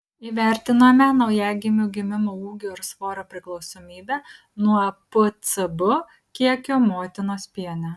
įvertinome naujagimių gimimo ūgio ir svorio priklausomybę nuo pcb kiekio motinos piene